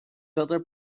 builder